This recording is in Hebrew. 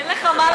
אין לך מה להגיד,